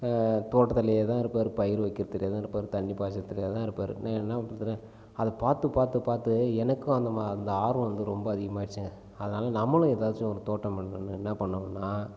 தோட்டத்திலேயே தான் இருப்பார் பயிர் வைக்கிறதிலேயே தான் இருப்பார் தண்ணி பாய்ச்சிருதுலேயே தான் இருப்பார் நான் என்ன பண்ணுவேன் அதை பார்த்து பார்த்து பார்த்து எனக்கும் அந்த அந்த ஆர்வம் வந்து ரொம்ப அதிகமாகிடுச்சிங்க அதனால் நம்மளும் ஏதாச்சும் ஒரு தோட்டம் பண்ணுற மாதிரி என்ன பண்ணணும்னால்